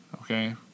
Okay